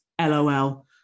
lol